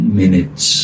minutes